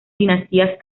dinastías